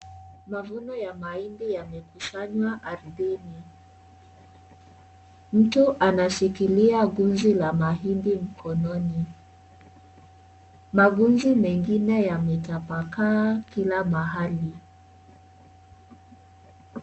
Mavuno ya mahindi yamekusanywa ardhini. Mtu anashikilia gunzi la mahindi mkononi. Magunzi mengine yametapakaa kila mahali.